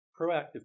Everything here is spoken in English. Proactive